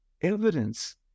evidence